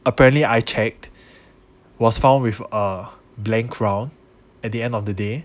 apparently I checked was found with a blank round at the end of the day